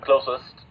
closest